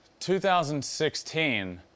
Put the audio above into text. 2016